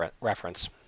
reference